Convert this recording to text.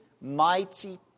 mighty